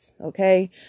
okay